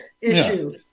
issue